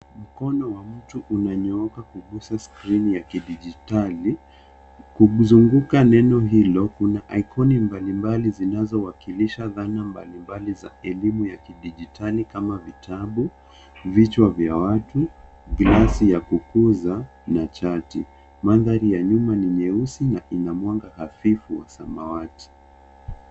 Mkono wa mtu unanyooka kugusa skrini ya kidijitali. Kumezunguka neno hilo kuna ikoni mbalimbali zinazowakilisha dhana mbalimbali za elimu ya kidijitali kama vitabu, vichwa vya watu, glasi ya kukuza na chati. Mandhari ya nyuma ni nyeusi na ina mwanga hafifu samawati.